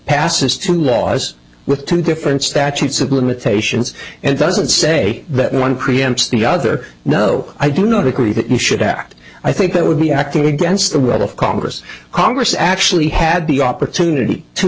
passes two laws with two different statutes of limitations and doesn't say that one preempts the other no i do not agree that we should act i think that would be acting against the will of congress congress actually had the opportunity to